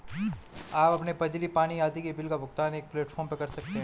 आप अपने बिजली, पानी आदि के बिल का भुगतान एक प्लेटफॉर्म पर कर सकते हैं